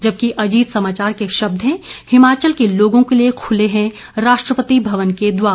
जबकि अजीत समाचार के शब्द हैं हिमाचल के लोगों के लिए खुले हैं राष्ट्रपति भवन के द्वार